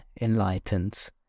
enlightened